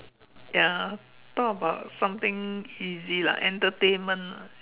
ya talk about something easy lah entertainment ah